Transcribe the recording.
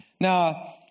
Now